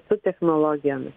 su technologijomis